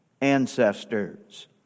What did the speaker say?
ancestors